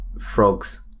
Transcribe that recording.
frogs